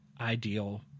ideal